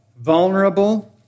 vulnerable